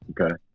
Okay